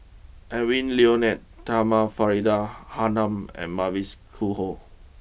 Edwy Lyonet Talma Faridah Hanum and Mavis Khoo Oei